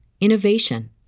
innovation